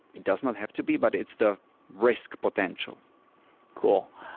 it does not have to be, but it's the risk potential cool.